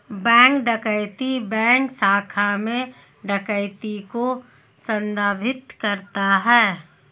bank डकैती bank शाखा में डकैती को संदर्भित करता है